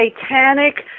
satanic